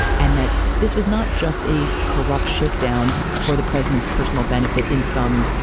and that this was not just a corrupt shakedown for the president's personal benefit in some,